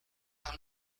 ham